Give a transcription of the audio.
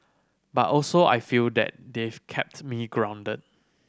but also I feel that they've kept me grounded